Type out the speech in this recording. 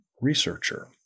researcher